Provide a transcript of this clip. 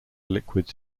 liquids